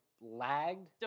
lagged